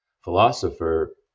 philosopher